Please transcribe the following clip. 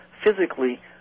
physically